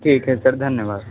ठीक है सर धन्यवाद